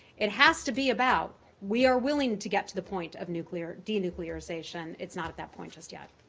it has to be about we are willing to get to the point of nuclear denuclearization. it's not at that point just yet.